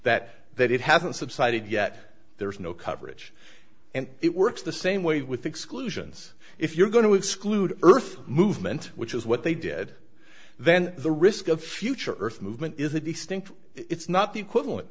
that that it hasn't subsided yet there's no coverage and it works the same way with exclusions if you're going to exclude earth movement which is what they did then the risk of future earth movement is a distinct it's not the equivalent